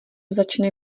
začne